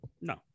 No